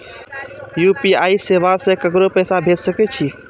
UPI सेवा से ककरो पैसा भेज सके छी?